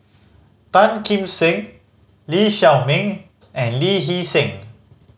Tan Kim Seng Lee Shao Meng and Lee Hee Seng